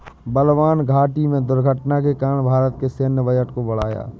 बलवान घाटी में दुर्घटना के कारण भारत के सैन्य बजट को बढ़ाया